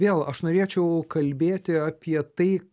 vėl aš norėčiau kalbėti apie tai